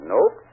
Nope